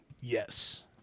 yes